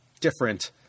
different